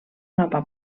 nova